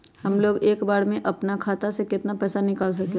हमलोग एक बार में अपना खाता से केतना पैसा निकाल सकेला?